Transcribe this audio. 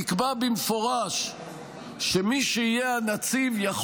נקבע במפורש שמי שיהיה הנציב יכול